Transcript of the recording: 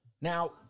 Now